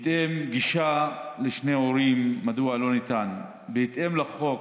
לשאלה מדוע לא ניתנת גישה לשני ההורים, בהתאם לחוק